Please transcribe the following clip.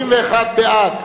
31 בעד,